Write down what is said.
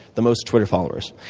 the most twitter followers.